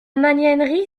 magnanerie